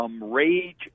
Rage